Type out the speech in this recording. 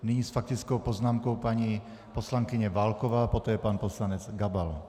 Nyní s faktickou poznámkou paní poslankyně Válková, poté pan poslanec Gabal.